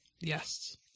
Yes